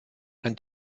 ein